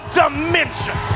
dimension